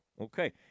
Okay